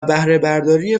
بهرهبرداری